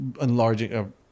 enlarging